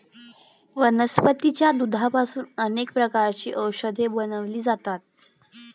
वनस्पतीच्या दुधापासून अनेक प्रकारची औषधे बनवली जातात